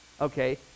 okay